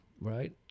right